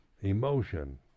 emotion